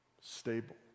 stable